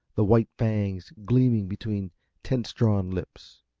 the white fangs gleaming between tense-drawn lips.